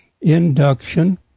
induction